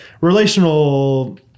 relational